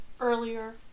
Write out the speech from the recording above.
earlier